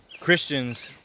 Christians